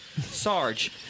Sarge